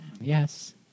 yes